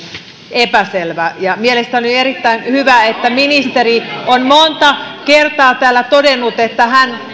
epäselvä mielestäni oli erittäin hyvä että ministeri on monta kertaa todennut että hän